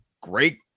Great